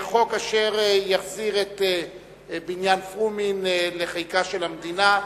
חוק אשר יחזיר את בניין פרומין לחיקה של המדינה,